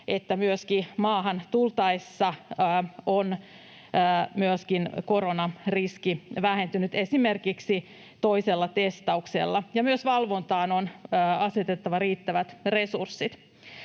että myöskin maahan tultaessa on koronariski vähentynyt, esimerkiksi toisella testauksella, ja myös valvontaan on asetettava riittävät resurssit.